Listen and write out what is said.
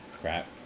crap